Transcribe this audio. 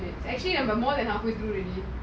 it's actually we are more than halfway through already